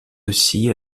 aussi